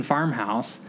Farmhouse